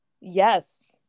Yes